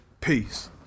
Peace